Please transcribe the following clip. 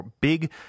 big